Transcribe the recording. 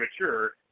mature